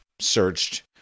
searched